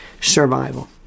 survival